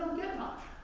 get much.